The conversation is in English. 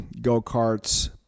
go-karts